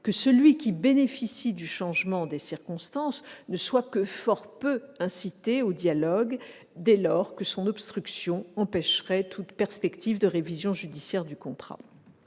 que celui qui bénéficie du changement des circonstances ne soit que fort peu incité au dialogue, dès lors que son obstruction empêcherait toute perspective de révision judiciaire du contrat.